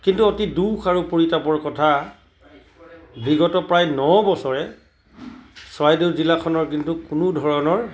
কিন্তু অতি দুখ আৰু পৰিতাপৰ কথা বিগত প্ৰায় নবছৰে চৰাইদেউ জিলাখনৰ কিন্তু কোনো ধৰণৰ